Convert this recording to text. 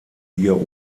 hier